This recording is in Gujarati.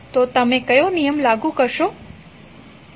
તો તમે કયો નિયમ લાગુ કરી શકો